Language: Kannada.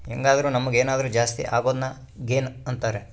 ಹೆಂಗಾದ್ರು ನಮುಗ್ ಏನಾದರು ಜಾಸ್ತಿ ಅಗೊದ್ನ ಗೇನ್ ಅಂತಾರ